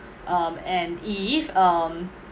um and if um